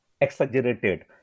exaggerated